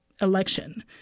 election